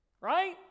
right